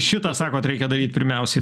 šitą sakot reikia pirmiausiai